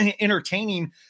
entertaining